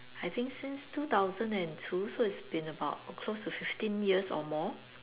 I think since two thousand and two so it's been about close to fifteen years or more